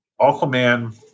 Aquaman